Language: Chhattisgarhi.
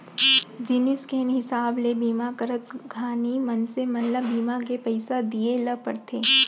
जिनिस के हिसाब ले बीमा करत घानी मनसे मन ल बीमा के पइसा दिये ल परथे